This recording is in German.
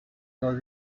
soll